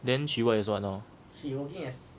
then she work as what now